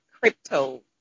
crypto